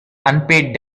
unpaid